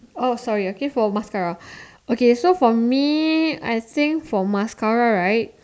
oh sorry okay for mascara okay so for me I think for mascara right